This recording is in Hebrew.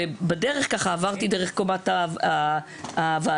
ובדרך עברתי דרך קומת הוועדות,